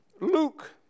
Luke